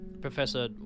Professor